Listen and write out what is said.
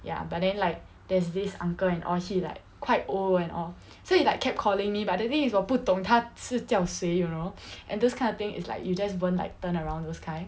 ya but then like there's this uncle and all he like quite old and all so he like kept calling me but the thing is 我不懂他是叫谁 you know and those kind of thing is like you just won't like turn around those kind